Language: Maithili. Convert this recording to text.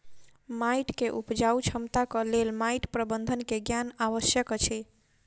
माइट के उपजाऊ क्षमताक लेल माइट प्रबंधन के ज्ञान आवश्यक अछि